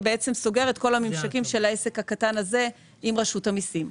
וסוגר את כל הממשקים של העסק הקטן הזה עם רשות המסים.